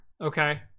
okay